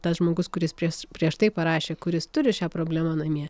tas žmogus kuris pries prieš tai parašė kuris turi šią problemą namie